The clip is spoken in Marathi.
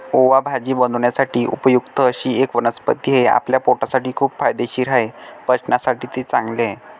ओवा भाजी बनवण्यासाठी उपयुक्त अशी एक वनस्पती आहे, आपल्या पोटासाठी खूप फायदेशीर आहे, पचनासाठी ते चांगले आहे